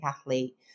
athlete